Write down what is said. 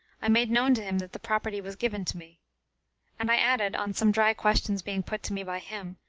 i made known to him that the property was given to me and i added, on some dry questions being put to me by him,